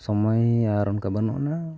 ᱥᱚᱢᱚᱭ ᱟᱨ ᱚᱱᱠᱟ ᱵᱟᱹᱱᱩᱜ ᱟᱱᱟ